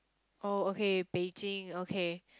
oh okay Beijing okay